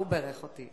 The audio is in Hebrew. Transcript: הוא בירך אותי.